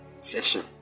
session